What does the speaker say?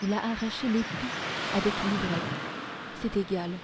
il a arraché l'épi avec l'ivraie c'est égal